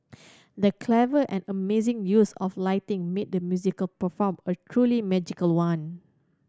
the clever and amazing use of lighting made the musical performance a truly magical one